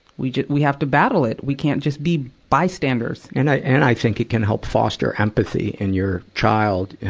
we ju we have to battle it. we can't just be bystanders. and i, and i think it can help foster empathy in your child, yeah